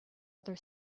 other